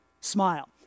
smile